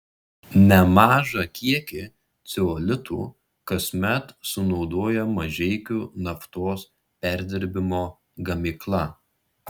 nemažą kiekį ceolitų kasmet sunaudoja mažeikių naftos perdirbimo gamykla